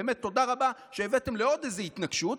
באמת תודה רבה שהבאתם לעוד התנגשות,